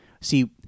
See